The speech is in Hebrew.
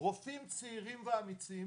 רופאים צעירים ואמיצים